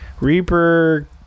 Reaper